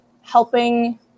helping